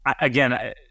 Again